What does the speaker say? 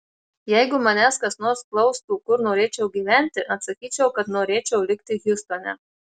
jeigu manęs kas nors klaustų kur norėčiau gyventi atsakyčiau kad norėčiau likti hjustone